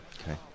Okay